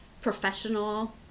professional